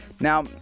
now